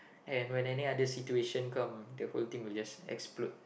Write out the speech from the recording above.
and when in any other situation come the whole thing will just explode